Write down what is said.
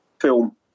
film